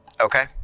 Okay